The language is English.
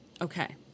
Okay